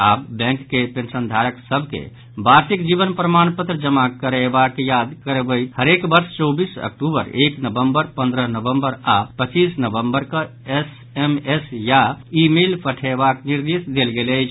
आब बैंक के पेंशनधारक सभ के वार्षिक जीवन प्रमाण पत्र जमा करयबाक याद करबैत हरेक वर्ष चौबीस अक्टूबर एक नवम्बर पन्द्रह नवम्बर आओर पच्चीस नवम्बर कऽ एसएमएस या ई मेल पठयबाक निर्देश देल गेल अछि